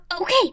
Okay